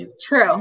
True